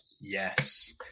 yes